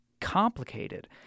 complicated